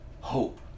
Hope